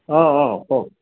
অঁ অঁ কওক